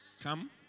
Come